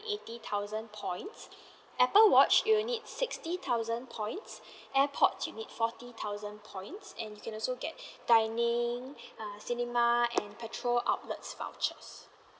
eighty thousand points apple watch you will need sixty thousand points airpods you need forty thousand points and you can also get dining uh cinema and petrol outlets vouchers